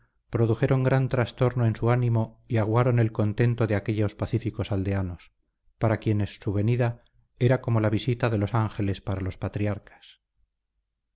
produjeron gran trastorno en su ánimo y aguaron el contento de aquellos pacíficos aldeanos para quienes su venida era como la visita de los ángeles para los patriarcas